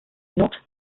not